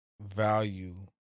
value